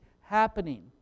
happening